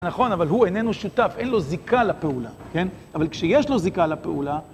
נכון, אבל הוא איננו שותף, אין לו זיקה לפעולה, כן? אבל כשיש לו זיקה לפעולה...